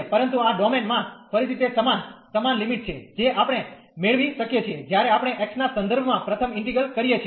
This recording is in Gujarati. પરંતુ આ ડોમેન માં ફરીથી તે સમાન સમાન લિમિટ છે જે આપણે મેળવી શકીએ છીએ જ્યારે આપણે x ના સંદર્ભમાં પ્રથમ ઇન્ટીગ્રલ કરીએ છીએ